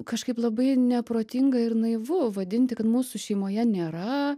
kažkaip labai neprotinga ir naivu vadinti kad mūsų šeimoje nėra